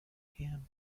him